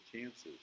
chances